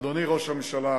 אדוני ראש הממשלה,